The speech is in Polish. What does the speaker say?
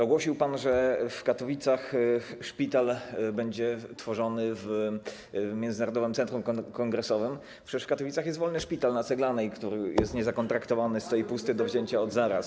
Ogłosił pan, że w Katowicach szpital będzie tworzony w Międzynarodowym Centrum Kongresowym, a przecież w Katowicach jest wolny szpital przy ul. Ceglanej, który jest niezakontraktowany, stoi pusty, do wzięcia od zaraz.